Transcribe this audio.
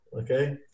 okay